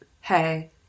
hey